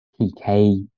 PK